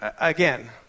again